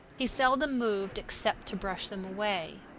he seldom moved except to brush them away.